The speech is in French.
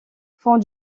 font